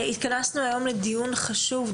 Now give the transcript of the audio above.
התכנסנו היום לדיון חשוב,